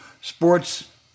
sports